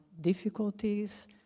difficulties